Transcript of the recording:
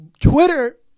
Twitter